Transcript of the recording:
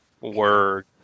word